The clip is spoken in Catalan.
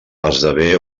esdevé